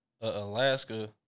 Alaska